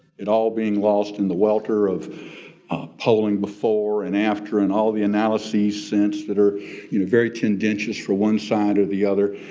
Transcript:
it all being lost in the welter of polling before and after and all the analyses since that are you know very tendentious for one side or the other.